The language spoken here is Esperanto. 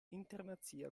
internacia